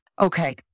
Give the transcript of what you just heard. Okay